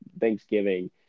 Thanksgiving